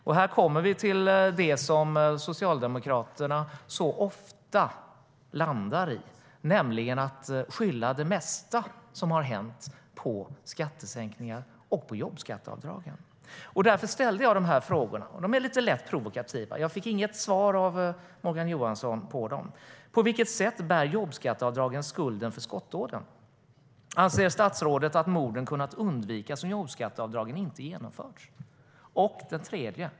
På vilket sätt bär jobbskatteavdragen skulden för skottdåden? Anser statsrådet att morden hade kunnat undvikas om jobbskatteavdragen inte genomförts?